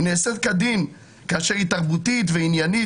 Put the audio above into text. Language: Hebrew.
היא נעשית כדין כאשר היא תרבותית ועניינית,